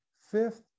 fifth